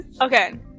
Okay